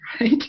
right